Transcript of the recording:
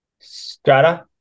Strata